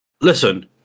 listen